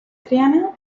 triana